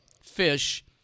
fish